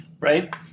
Right